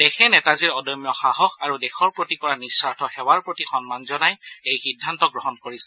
দেশে নেতাজীৰ অদম্য সাহস আৰু দেশৰ প্ৰতি কৰা নিঃস্বাৰ্থ সেৱাৰ প্ৰতি সন্মান জনাই এই সিদ্ধান্ত গ্ৰহণ কৰিছে